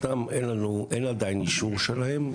אין לנו אישור שלהם,